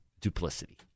duplicity